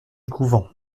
couvent